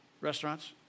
restaurants